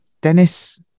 Dennis